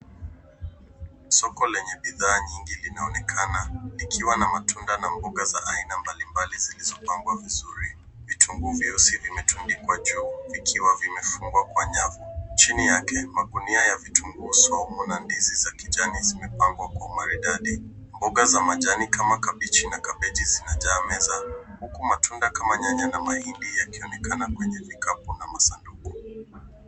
Soko lenye bidhaa nyingi linaonekana likiwa na matunda na mboga za aina mbalimbali zilizopangwa vizuri. Vitunguu vyeusi vimetundikwa juu, vikiwa vimefungwa kwa nyavu. Chini yake magunia ya vitunguu saumu, na ndizi za kijani, zimepangwa kwa umaridadi. Mboga za majani kama kabichi na kabeji zinajaa meza, huku matunda kama nyanya na mahindi, yakionekana kwenye vikapu na masanduku.